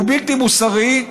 הוא בלתי מוסרי,